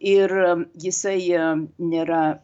ir jisai nėra